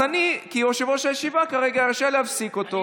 אז אני כיושב-ראש הישיבה רשאי להפסיק אותו.